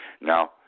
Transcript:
Now